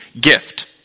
gift